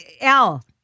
Al